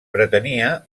pretenia